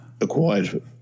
Acquired